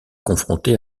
confronté